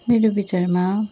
मेरो विचारमा